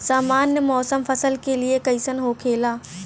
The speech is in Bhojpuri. सामान्य मौसम फसल के लिए कईसन होखेला?